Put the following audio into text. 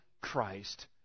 Christ